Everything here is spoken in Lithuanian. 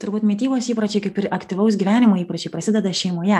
turbūt mitybos įpročiai kaip ir aktyvaus gyvenimo įpročiai prasideda šeimoje